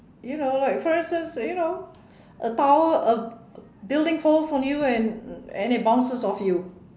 you know like for instance you know a tower a building falls on you and and it bounces off you